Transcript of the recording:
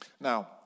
Now